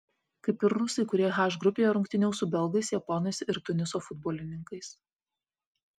kaip ir rusai kurie h grupėje rungtyniaus su belgais japonais ir tuniso futbolininkais